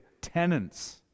tenants